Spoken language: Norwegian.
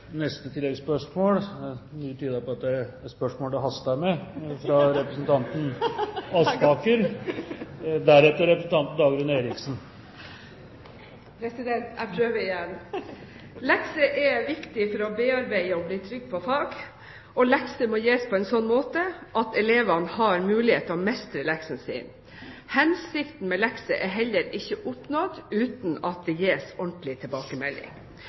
neste oppfølgingsspørsmål – mye tyder på at det er spørsmål det haster med – fra Elisabeth Aspaker. Jeg prøver igjen! Lekser er viktig for å bearbeide og bli trygg på fag, og lekser må gis på en sånn måte at elevene har mulighet til å mestre leksene sine. Hensikten med lekser er heller ikke oppnådd uten at det gis ordentlig tilbakemelding.